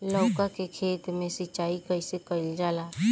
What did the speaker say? लउका के खेत मे सिचाई कईसे कइल जाला?